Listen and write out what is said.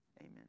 amen